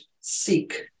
seek